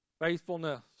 Faithfulness